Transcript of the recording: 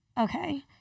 Okay